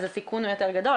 אז הסיכון הוא יותר גדול.